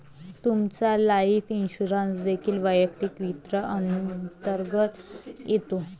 तुमचा life insurance देखील वैयक्तिक वित्त अंतर्गत येतो